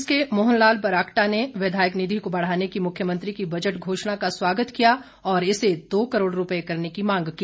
कांग्रेस के मोहन लाल ब्राक्टा ने विधायक निधि को बढ़ाने की मुख्यमंत्री की बजट घोषणा का स्वागत किया और इसे दो करोड़ रूपए करने की मांग की